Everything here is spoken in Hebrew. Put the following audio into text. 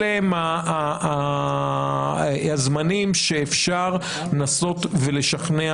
אלה הם הזמנים שאפשר לנסות ולשכנע